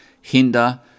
hinder